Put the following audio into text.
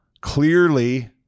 clearly